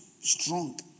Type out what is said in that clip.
strong